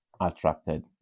attracted